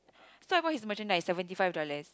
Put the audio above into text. so I bought in merchandise is seventy five dollars